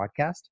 podcast